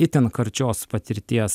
itin karčios patirties